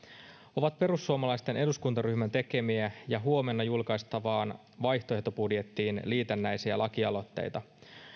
ovat perussuomalaisten eduskuntaryhmän tekemiä ja huomenna julkaistavaan vaihtoehtobudjettiin liitännäisiä lakialoitteita